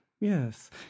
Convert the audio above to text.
yes